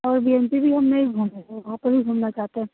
और B M P भी हम नहीं घूमे थे वहाँ पर भी घूमना चाहते हैं